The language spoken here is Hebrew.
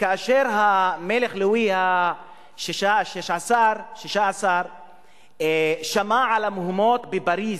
כאשר המלך לואי ה-16 שמע על המהומות בפריס,